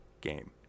game